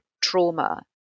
trauma